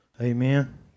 Amen